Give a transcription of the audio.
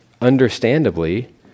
understandably